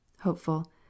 Hopeful